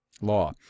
Law